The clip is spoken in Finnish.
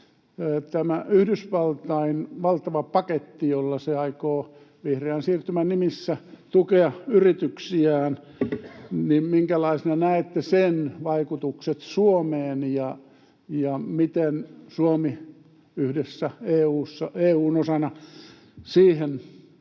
tästä Yhdysvaltain valtavasta paketista, jolla se aikoo vih-reän siirtymän nimissä tukea yrityksiään: Minkälaisena näette sen vaikutukset Suomeen, ja miten Suomi yhdessä EU:ssa, EU:n osana,